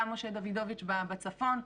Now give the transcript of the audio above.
גם משה דוידוביץ' בצפון,